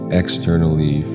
externally